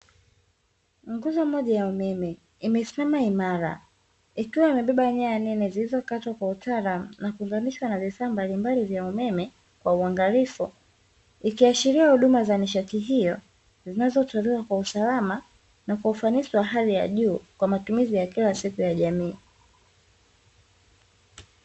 Nguzo moja ya umeme imesimama imara, ikiwa imebeba nyaya nene zilizokatwa kwa utaalamu, na kuunganishwa na vifaa mbalimbali vya umeme kwa uangalifu. Ikiashiria huduma za nishati hiyo, zinazotolewa kwa usalama na kwa ufanisi wa hali ya juu kwa matumizi ya kila siku ya jamii.